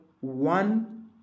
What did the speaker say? one